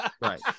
Right